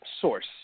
source